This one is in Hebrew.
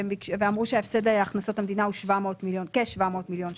ואמרו שההפסד בהכנסות המדינה הוא כ-700 מיליון שקלים.